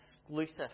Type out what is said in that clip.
exclusive